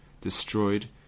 destroyed